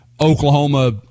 Oklahoma